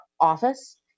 office